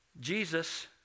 Jesus